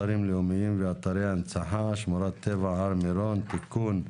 אתרים לאומים ואתרי הנצחה (שמורת טבע הר מירון) (תיקון),